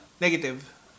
Negative